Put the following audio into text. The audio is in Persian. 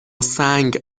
سنگ